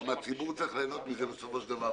גם הציבור צריך ליהנות מזה בסופו של דבר.